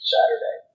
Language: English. Saturday